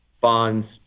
bonds